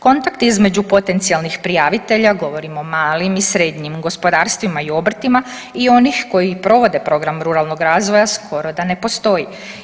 Kontakt između potencijalnih prijavitelja, govorim o malim i srednjim gospodarstvima i obrtima i onih koji i provode program ruralnog razvoja skoro da ne postoji.